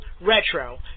Retro